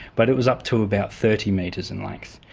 but it was up to about thirty metres in length.